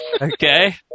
Okay